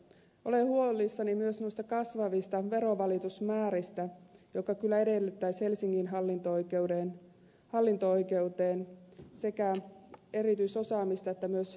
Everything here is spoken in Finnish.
olen huolissani myös kasvavista verovalitusmääristä jotka kyllä edellyttäisivät helsingin hallinto oikeuteen sekä erityisosaamista että myös henkilökunnan lisäystä